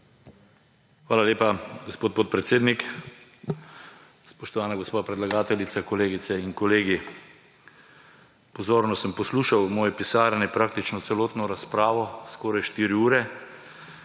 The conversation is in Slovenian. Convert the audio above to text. Hvala lepa, gospod podpredsednik. Spoštovana gospa predlagateljica! Kolegice in kolegi! Pozorno sem poslušal v svoji pisarni praktično celotno razpravo, skoraj štiri ure.